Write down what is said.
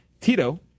Tito